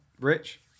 rich